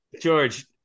George